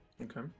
okay